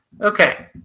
Okay